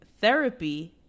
Therapy